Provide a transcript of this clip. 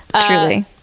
truly